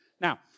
Now